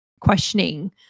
questioning